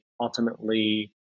ultimately